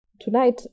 Tonight